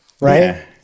Right